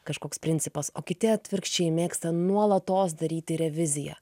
kažkoks principas o kiti atvirkščiai mėgsta nuolatos daryti reviziją